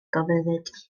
gelfyddyd